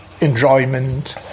enjoyment